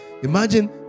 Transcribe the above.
Imagine